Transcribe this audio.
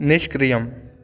निष्क्रियम्